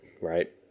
right